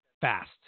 fast